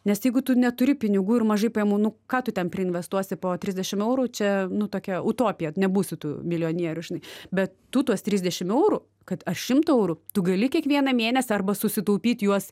nes jeigu tu neturi pinigų ir mažai pajamų nu ką tu ten pri investuosi po trisdešim eurų čia nu tokia utopija nebūsi tu milijonierius žinai bet tu tuos trisdešim eurų kad aš šimtą eurų tu gali kiekvieną mėnesį arba susitaupyt juos